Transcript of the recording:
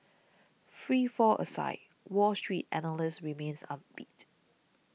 free fall aside Wall Street analysts remains upbeat